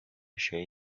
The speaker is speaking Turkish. şey